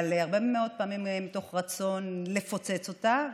אבל הרבה מאוד פעמים מתוך רצון לפוצץ אותה,